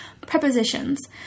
prepositions